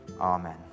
Amen